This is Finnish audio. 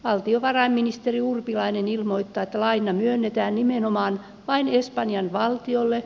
valtiovarainministeri urpilainen ilmoittaa että laina myönnetään nimenomaan vain espanjan valtiolle